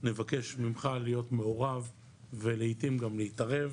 נבקש ממך להיות מעורב ולעתים גם להתערב,